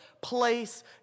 place